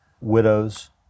widows